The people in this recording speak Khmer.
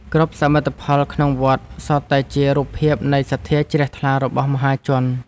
គ្រប់សមិទ្ធផលក្នុងវត្ត សុទ្ធតែជារូបភាពនៃសទ្ធាជ្រះថ្លារបស់មហាជន។